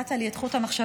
קטעת לי את חוט המחשבה,